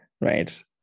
right